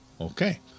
okay